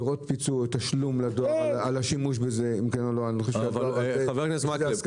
לראות פיצוי או תשלום לדואר על השימוש בזה --- חבר הכנסת מקלב,